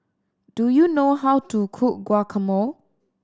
do you know how to cook Guacamole